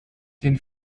den